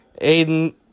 Aiden